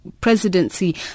Presidency